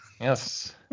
Yes